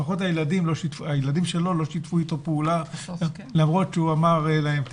לפחות הילדים שלו לא שיתפו איתו פעולה למרות שהוא אמר להם,